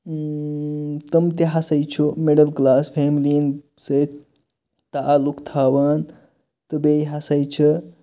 تِم تہِ ہَسا چھُ مِڈِل کلاس فیملیَن سۭتۍ تعلُق تھاوان تہٕ بیٚیہِ ہَسا چھُ